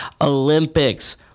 Olympics